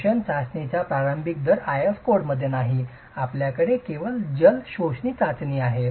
शोषण चाचणीचा प्रारंभिक दर आयएस कोडमध्ये नाही आपल्याकडे केवळ जल शोषण चाचणी आहे